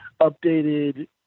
updated